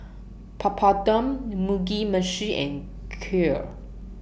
Papadum Mugi Meshi and Kheer